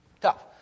Tough